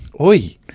Oi